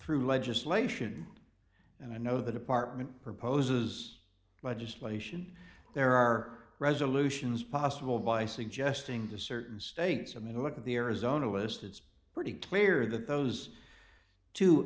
through legislation and i know the department proposes legislation there are resolutions possible by suggesting to certain states i mean look at the arizona list it's pretty clear that those two